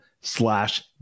slash